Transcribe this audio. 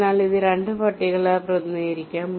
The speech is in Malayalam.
അതിനാൽ ഇത് 2 പട്ടികകളാൽ പ്രതിനിധീകരിക്കാം